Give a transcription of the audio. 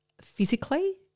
physically